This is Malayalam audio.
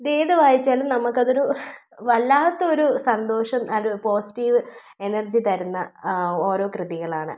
ഇതേത് വായിച്ചാലും നമുക്കതൊരു വല്ലാത്ത ഒരു സന്തോഷം അത് പോസിറ്റീവ് എനർജി തരുന്ന ഓരോ കൃതികളാണ്